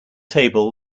table